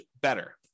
better